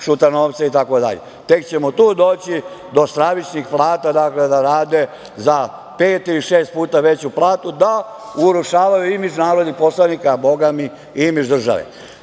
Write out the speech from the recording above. Šutanovca i tako dalje, tek ćemo tu dođi do stravičnih plata. Dakle, da rade za pet ili šest puta veću platu, da urušavaju imidž narodnih poslanika, a bogami i imidž